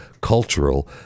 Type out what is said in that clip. cultural